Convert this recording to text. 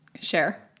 share